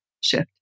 shift